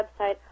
website